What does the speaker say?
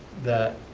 that